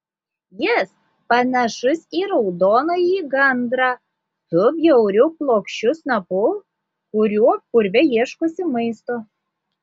jis panašus į raudonąjį gandrą su bjauriu plokščiu snapu kuriuo purve ieškosi maisto